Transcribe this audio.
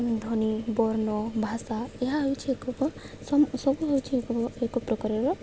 ଧ୍ୱନି ବର୍ଣ୍ଣ ଭାଷା ଏହା ହେଉଛି ଏକ ସବୁ ହେଉଛିି ଏକ ଏକ ପ୍ରକାରର